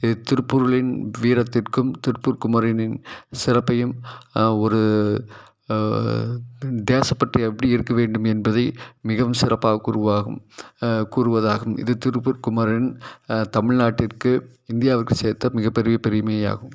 இது திருப்பூருலின் வீரத்திற்கும் திருப்பூர் குமரனின் சிறப்பையும் ஒரு தேசப்பற்று எப்படி இருக்கவேண்டும் என்பதை மிகவும் சிறப்பாக கூறுவாகும் கூறுவதாகவும் இது திருப்பூர் குமரன் தமிழ்நாட்டிற்கு இந்தியாவுக்கு சேர்த்த மிக பெரிய பெருமையாகும்